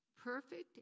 perfect